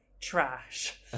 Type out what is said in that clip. trash